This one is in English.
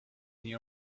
near